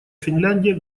финляндия